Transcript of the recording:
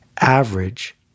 average